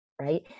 right